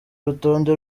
urutonde